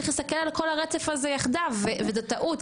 צריך להסתכל על כל הרצף הזה יחדיו וזה טעות,